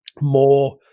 more